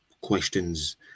questions